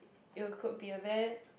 you could be a very